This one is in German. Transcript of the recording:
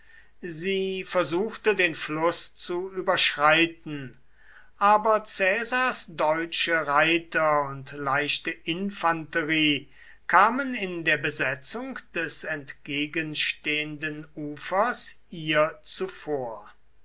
sie versuchte den fluß zu überschreiten aber caesars deutsche reiter und leichte infanterie kamen in der besetzung des entgegenstehenden ufers ihr zuvor